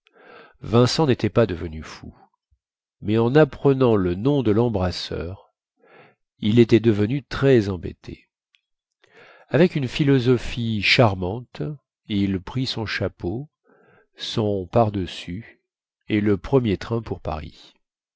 vincent nétait pas devenu fou mais en apprenant le nom de lembrasseur il était devenu très embêté avec une philosophie charmante il prit son chapeau son pardessus et le premier train pour paris